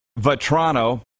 Vetrano